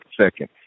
second